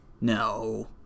No